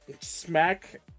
smack